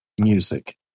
music